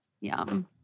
yum